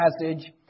passage